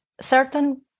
certain